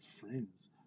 friends